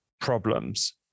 problems